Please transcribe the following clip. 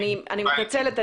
אני מתנצלת,